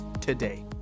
today